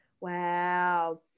wow